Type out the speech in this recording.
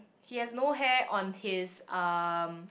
he has no hair on his um